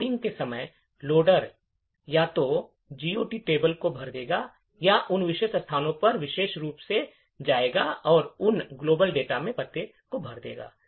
loading के समय loader या तो जीओटी तालिका को भर देगा या उन विशेष स्थानों पर विशेष रूप से जाएगा और उन वैश्विक डेटा में पते भर देगा